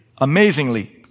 Amazingly